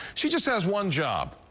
she just has one job,